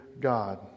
God